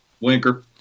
Winker